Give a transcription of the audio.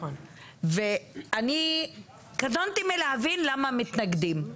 אני קטונתי מלהבין למה מתנגדים.